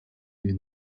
den